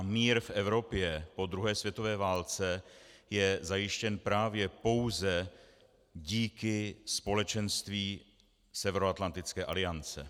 Mír v Evropě po druhé světové válce je zajištěn právě pouze díky společenství Severoatlantické aliance.